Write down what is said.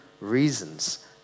reasons